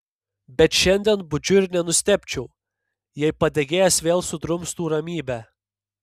bet šiandien budžiu ir nenustebčiau jei padegėjas vėl sudrumstų ramybę